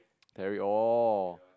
Terry orh